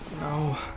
no